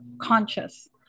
conscious